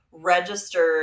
registered